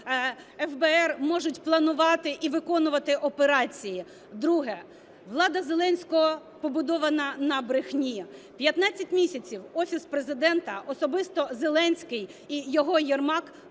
ФБР можуть планувати і виконувати операції. Друге. Влада Зеленського побудована на брехні. 15 місяців Офіс Президента, особисто Зеленський і його Єрмак